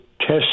test